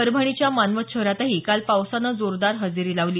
परभणीच्या मानवत शहरातही काल पावसानं जोरदार हजेरी लावली